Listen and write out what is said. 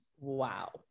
Wow